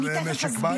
ניהול משק בית?